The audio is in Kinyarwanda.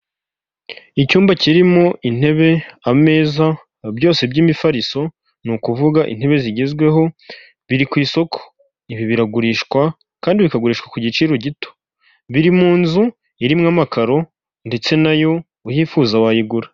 Ibi ni ibiro by'ubwishingizi ari byo twita sanilamu hano mu Rwanda iyi ni inyubako ndende rwose bakoreramo, aho ushobora kubagana bakaguha serivisi z'ubwishingizi mu gihe ugize impanuka cyangwa ukagira ikindi kibazo cyatuma ukenera inyishyu y'ibyawe byose.